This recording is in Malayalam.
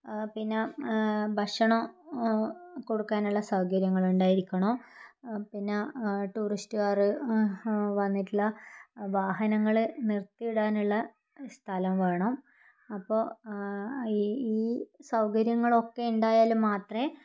പിന്നെ ഭക്ഷണം കൊടുക്കാനുള്ള സൗകര്യങ്ങളുണ്ടായിരിക്കണം പിന്നെ ടൂറിസ്റ്റുകാർ വന്നിട്ടുള്ള വാഹനങ്ങൾ നിർത്തിയിടാനുള്ള സ്ഥലം വേണം അപ്പോൾ ഈ ഈ സൗകര്യങ്ങളൊക്കെ ഉണ്ടായാൽ മാത്രമേ